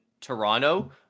Toronto